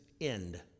end